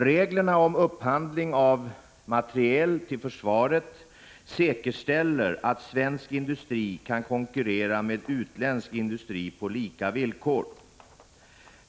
Reglerna om upphandling av materiel till försvaret säkerställer att svensk industri kan konkurrera med utländsk industri på lika villkor.